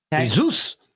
jesus